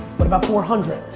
what about four hundred?